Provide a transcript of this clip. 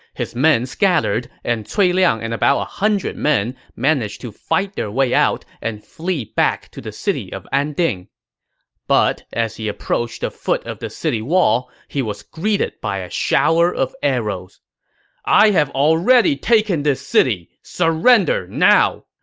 his men scattered, and cui liang and about one hundred men managed to fight their way out and flee back to the city of anding but, as he approached the foot of the city wall, he was greeted by a shower of arrows i have already taken this city. surrender now!